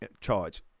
charge